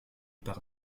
par